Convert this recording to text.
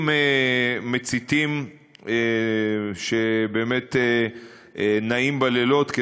מציתים שבאמת נעים בלילות,